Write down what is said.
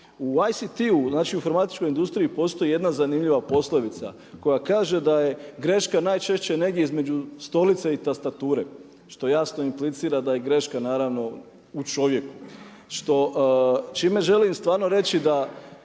U ICT-u znači u informatičkoj industriji postoji jedna zanimljiva poslovica koja kaže da je greška najčešće negdje između stolice i tastature. Što jasno implicira da je greška naravno u čovjeku. Čime želim stvarno reći da